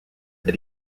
that